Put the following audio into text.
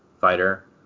fighter